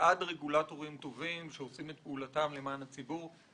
רגולטורים טובים שעושים את פעולתם למען הציבור.